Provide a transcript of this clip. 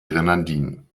grenadinen